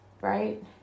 right